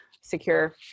secure